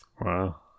Wow